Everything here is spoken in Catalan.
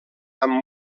amb